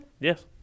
Yes